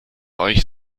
euch